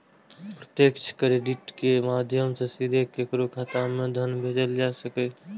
प्रत्यक्ष क्रेडिट के माध्यम सं सीधे केकरो खाता मे धन भेजल जा सकैए